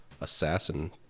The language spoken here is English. assassin